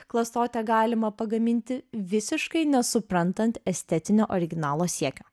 klastotę galima pagaminti visiškai nesuprantant estetinio originalo siekio